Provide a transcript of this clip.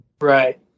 Right